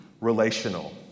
relational